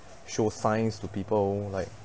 show signs to people like